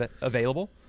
available